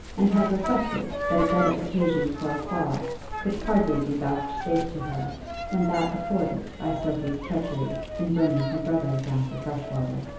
and had reflected that a better occasion for a quarrel could hardly be vouchsafed to her than that afforded by sophie's treachery in bringing her brother down to freshwater.